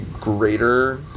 greater